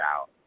out